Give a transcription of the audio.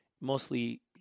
mostly